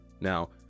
Now